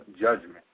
judgment